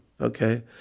Okay